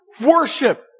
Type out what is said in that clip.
worship